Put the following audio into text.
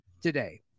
today